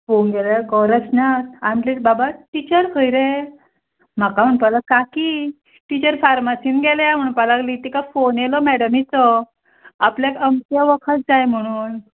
पळोवंक गेल्यार गौरक्ष नाच हांवें म्हणलें बाबा टिचर खंय रे म्हाका म्हणपा ला काकी टिचर फार्मासीन गेल्यार म्हणपा लागलीं तिका फोन येयलो मॅडमीचो आपल्याक अमकें वखत जाय म्हणून